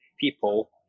people